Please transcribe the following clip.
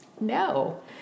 no